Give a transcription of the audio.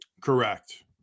Correct